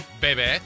Baby